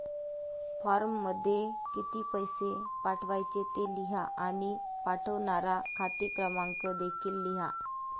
फॉर्ममध्ये किती पैसे पाठवायचे ते लिहा आणि पाठवणारा खाते क्रमांक देखील लिहा